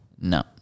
No